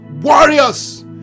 warriors